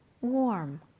warm